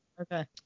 Okay